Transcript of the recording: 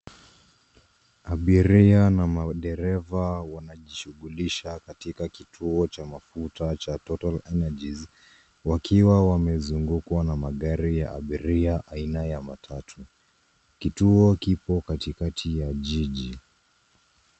Abiria na madereva wanajishughulisha katika kituo cha mafuta cha total energies. Wakiwa wamezungukwa na magari ya abiria aina ya matatu. Kituo kipo katikati ya jiji.